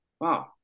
wow